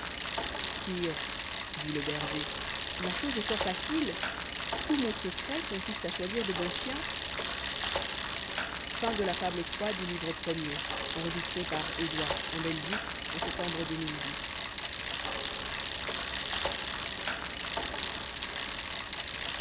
sire dit le berger la chose est fort facile tout mon secret consiste à choisir de bons chiens fable